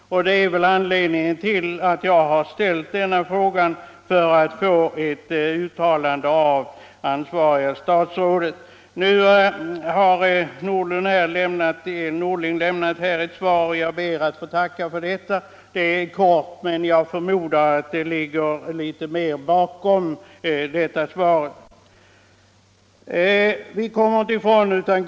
Det är orsaken till att jag har ställt denna fråga för att få ett uttalande av det ansvariga statsrådet. Jag ber att få tacka herr Norling för svaret. Det är kort, men jag förmodar att litet mer ligger bakom.